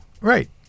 Right